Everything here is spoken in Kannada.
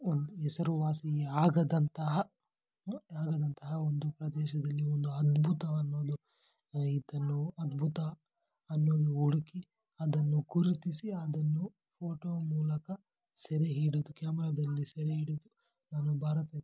ಒಂದು ಹೆಸರುವಾಸಿ ಆಗದಂತಹ ಆಗದಂತಹ ಒಂದು ಪ್ರದೇಶದಲ್ಲಿ ಒಂದು ಅದ್ಭುತವನ್ನೋದು ಇದನ್ನು ಅದ್ಭುತ ಅನ್ನೋದು ಹುಡುಕಿ ಅದನ್ನು ಗುರುತಿಸಿ ಅದನ್ನು ಫೋಟೋ ಮೂಲಕ ಸೆರೆಹಿಡಿದು ಕ್ಯಾಮ್ರಾದಲ್ಲಿ ಸೆರೆಹಿಡಿದು ನಾನು ಭಾರತಕ್ಕೆ